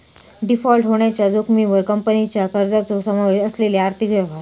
default होण्याच्या जोखमीवर कंपनीच्या कर्जाचो समावेश असलेले आर्थिक व्यवहार